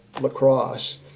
lacrosse